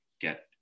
get